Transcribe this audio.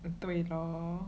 对了咯